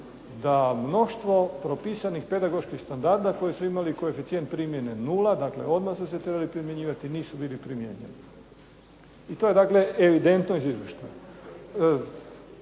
da mnoštvo propisanih pedagoških standarda koji su imali koeficijent primjene nula, dakle odmah su se trebali primjenjivati nisu bili primjenjivani, to je dakle evidentno iz Izvještaja.